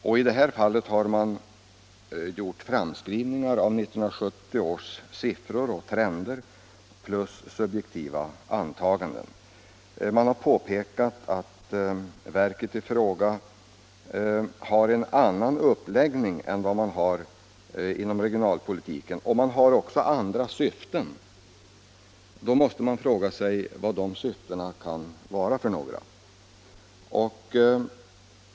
I detta fall har verket gjort framskrivningar av 1970 års siffror och trender och dessutom gjort subjektiva antaganden. Verket i fråga påpekar att man har en annan uppläggning än länsstyrelserna och att verket också har andra syften. Då måste man fråga sig vilka de syftena kan vara.